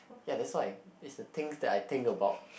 ya that's why this the things that I think about